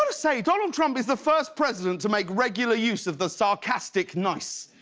um say, donald trump is the first president to make regular use of the sarcastic nice.